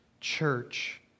church